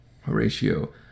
Horatio